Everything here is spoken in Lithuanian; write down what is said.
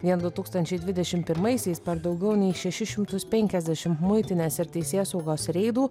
vien du tūkstančiai dvidešim pirmaisiais per daugiau nei šešis šimtus penkiasdešimt muitinės ir teisėsaugos reidų